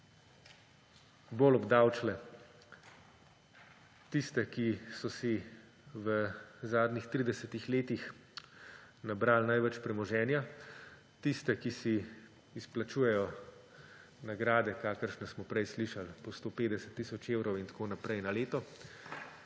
bolj obdavčile tiste, ki so si v zadnjih 30 letih nabrali največ premoženja, tiste, ki si izplačujejo nagrade, kakršne smo prej slišali, po 150 tisoč evrov in tako naprej na leto.